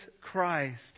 Christ